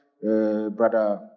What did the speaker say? brother